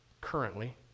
currently